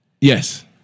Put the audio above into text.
Yes